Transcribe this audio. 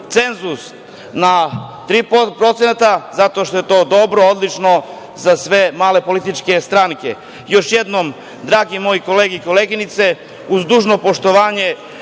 cenzus na 3%, zato što je to dobro, odlično, za sve male političke stranke. Još jednom, drage moje kolege i koleginice, uz dužno poštovanje